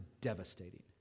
devastating